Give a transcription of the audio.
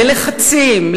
ללחצים,